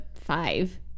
five